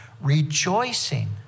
rejoicing